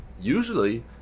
Usually